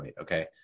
Okay